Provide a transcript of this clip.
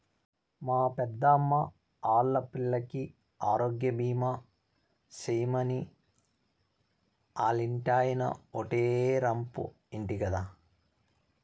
మా పెద్దమ్మా ఆల్లా పిల్లికి ఆరోగ్యబీమా సేయమని ఆల్లింటాయినో ఓటే రంపు ఇంటి గదా